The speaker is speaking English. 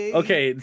okay